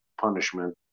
punishment